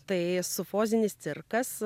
tai sufozinis cirkas